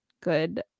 good